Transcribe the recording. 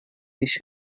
nicht